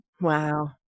Wow